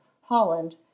Holland